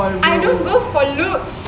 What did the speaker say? I don't go for looks